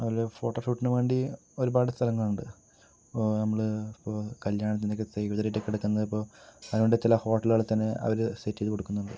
അതുപോലെ ഫോട്ടോ ഷൂട്ടിന് വേണ്ടി ഒരുപാട് സ്ഥലങ്ങളുണ്ട് ഇപ്പോൾ നമ്മള് ഇപ്പോൾ കല്യാണത്തിനൊക്കെ ഇപ്പോൾ അത്കൊണ്ട് ചില ഹോട്ടലുകളിൽ തന്നെ അവര് സെറ്റെയ്ത് കൊടുക്കുന്നുണ്ട്